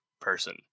person